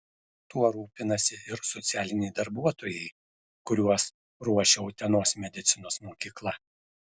tuo rūpinasi ir socialiniai darbuotojai kuriuos ruošia utenos medicinos mokykla